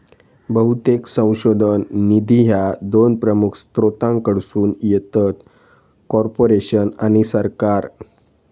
बहुतेक संशोधन निधी ह्या दोन प्रमुख स्त्रोतांकडसून येतत, कॉर्पोरेशन आणि सरकार